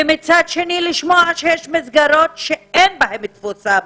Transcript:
ומצד שני, לשמוע שיש מסגרות שאין בהן תפוסה מלאה.